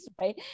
right